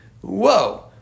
Whoa